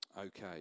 Okay